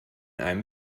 einem